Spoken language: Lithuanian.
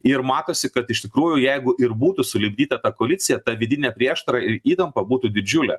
ir matosi kad iš tikrųjų jeigu ir būtų sulipdyta ta koalicija ta vidinė prieštara ir įtampa būtų didžiulė